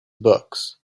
books